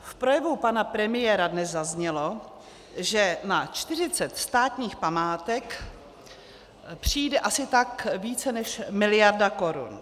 V projevu pana premiéra dnes zaznělo, že na 40 státních památek přijde asi tak více než miliarda korun.